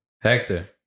Hector